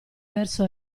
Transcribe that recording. verso